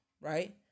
Right